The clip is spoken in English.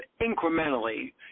incrementally